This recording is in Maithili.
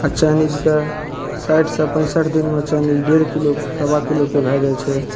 आओर चाइनीजके साठिसे पैँसठि दिनमे चाइनीज डेढ़ किलो सवा किलोके भै जाइ छै